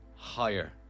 Higher